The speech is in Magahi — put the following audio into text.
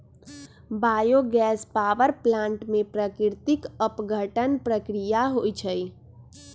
बायो गैस पावर प्लांट में प्राकृतिक अपघटन प्रक्रिया होइ छइ